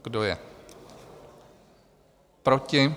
Kdo je proti?